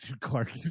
Clark